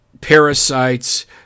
parasites